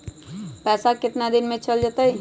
पैसा कितना दिन में चल जतई?